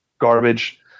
garbage